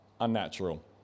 unnatural